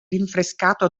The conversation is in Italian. rinfrescato